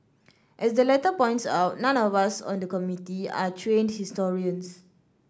as the letter points out none of us on the Committee are trained historians